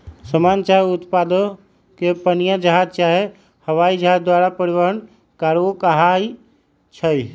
समान चाहे उत्पादों के पनीया जहाज चाहे हवाइ जहाज द्वारा परिवहन कार्गो कहाई छइ